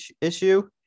issue